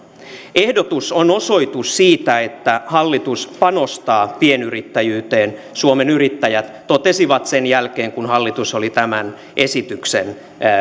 ehdotus on osoitus siitä että hallitus panostaa pienyrittäjyyteen suomen yrittäjät totesi sen jälkeen kun hallitus oli tämän esityksen